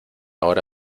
hora